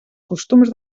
costums